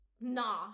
Nah